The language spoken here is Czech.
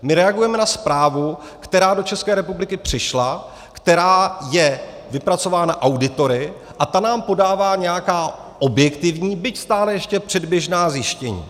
My reagujeme na zprávu, která do České republiky přišla, která je vypracována auditory, a ta nám podává nějaká objektivní, byť stále ještě předběžná zjištění.